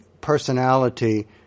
personality